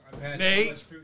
Nate